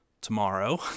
tomorrow